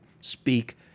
speak